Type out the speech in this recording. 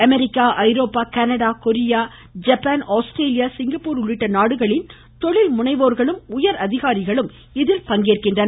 America Europe Canada Korea Japan Australia Singapore உள்ளிட்ட நாடுகளின் தொழில் முனைவோர்களும் உயரதிகாரிகளும் இதில் பங்கேற்கின்றனர்